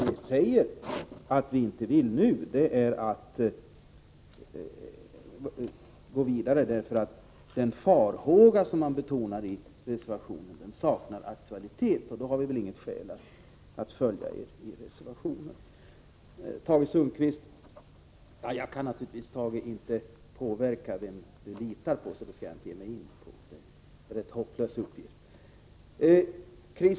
Vi säger att vi inte vill gå vidare nu, eftersom den farhåga som man betonar i reservationen saknar aktualitet. Då finns det väl inget skäl att följa reservationen. Sedan till Tage Sundkvist: Jag kan naturligtvis inte påverka Tage Sundkvists val av vem han litar på, så någonting sådant skall jag inte ge mig in på.